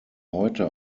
heute